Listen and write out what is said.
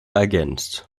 ergänzt